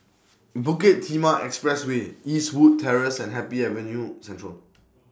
Bukit Timah Expressway Eastwood Terrace and Happy Avenue Central